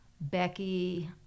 becky